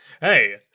hey-